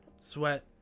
sweat